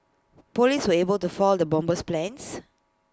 Police were able to foil the bomber's plans